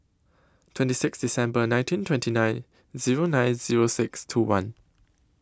twenty six December nineteen twenty nine Zero nine Zero six two one